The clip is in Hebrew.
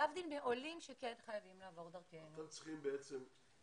להבדיל מעולים שכן חייבים לעבור דרכנו ולכן